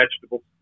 vegetables